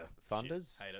Thunder's